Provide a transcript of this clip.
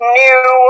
new